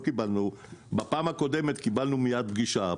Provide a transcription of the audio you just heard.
בפעם הקודמת קיבלנו מיד פגישה.